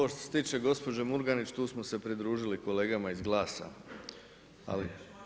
Ovo što se tiče gospođe Murganić, tu smo se pridružili kolegama iz GLAS-a.